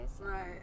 Right